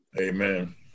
Amen